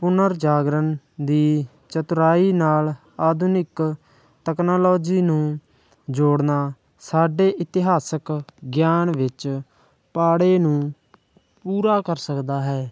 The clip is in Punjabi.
ਪੁਨਰ ਜਾਗਰਨ ਦੀ ਚਤੁਰਾਈ ਨਾਲ ਆਧੁਨਿਕ ਤਕਨਾਲੋਜੀ ਨੂੰ ਜੋੜਨਾ ਸਾਡੇ ਇਤਿਹਾਸਿਕ ਗਿਆਨ ਵਿੱਚ ਪਾੜੇ ਨੂੰ ਪੂਰਾ ਕਰ ਸਕਦਾ ਹੈ